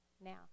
now